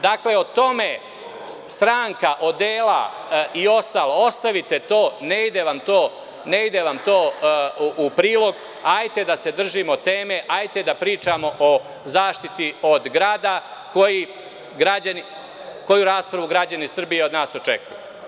Dakle, o tome, stranka, odela, i ostalo, ostavite to, ne ide vam to u prilog i hajde da se držimo teme i da pričamo o zaštiti od grada, koju raspravu, građani Srbije od nas očekuju.